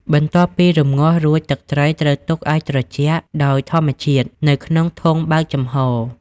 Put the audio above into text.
បន្ទាប់ពីរំងាស់រួច ទឹកត្រីត្រូវទុកឱ្យ ត្រជាក់ ដោយធម្មជាតិនៅក្នុងធុងបើកចំហ។